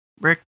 Rick